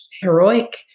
heroic